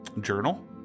Journal